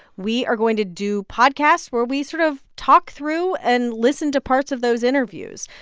we are going to do podcasts where we sort of talk through and listen to parts of those interviews.